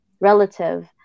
relative